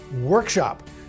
workshop